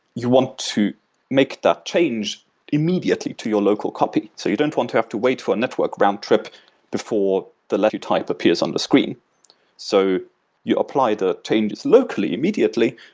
you want to make that change immediately to your local copy. so you don't want to have to wait for a network roundtrip before the letter you type appears on the screen so you apply the changes locally immediately,